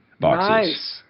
boxes